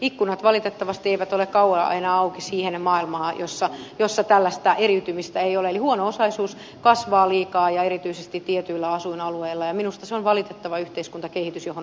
ikkunat valitettavasti eivät ole kauaa enää auki siihen maailmaan jossa tällaista eriytymistä ei ole eli huono osaisuus kasvaa liikaa ja erityisesti tietyillä asuinalueilla ja minusta se on valitettava yhteiskuntakehitys johon on puututtava